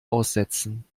aussetzen